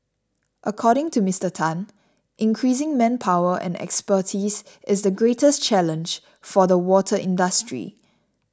according to Mr Tan increasing manpower and expertise is the greatest challenge for the water industry